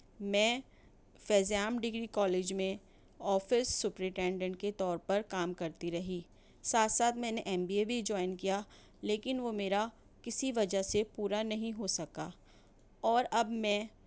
میں Faiz Aam degree college میں office superintendent کے طور پر کام کرتی رہی ساتھ ساتھ میں نے ایم بی اے بھی جوائن کیا لیکن وہ میرا کسی وجہ سے پورا نہیں ہو سکا اور اب میں